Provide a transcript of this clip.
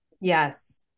Yes